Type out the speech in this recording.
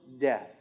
death